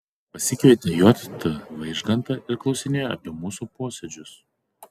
pasikvietė j t vaižgantą ir klausinėjo apie mūsų posėdžius